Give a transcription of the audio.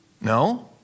No